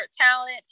talent